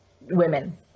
women